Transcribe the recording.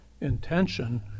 intention